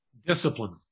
Discipline